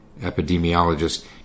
epidemiologist